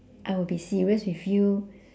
I will be serious with you